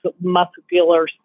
muscular